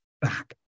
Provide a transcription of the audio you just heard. back